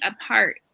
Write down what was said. apart